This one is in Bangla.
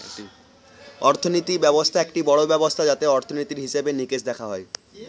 অর্থনীতি ব্যবস্থা একটি বড়ো ব্যবস্থা যাতে অর্থনীতির, হিসেবে নিকেশ দেখা হয়